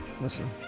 Listen